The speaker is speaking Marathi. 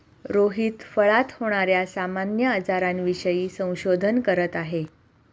रोहित फळात होणार्या सामान्य आजारांविषयी संशोधन करीत आहे